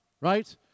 right